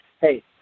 hey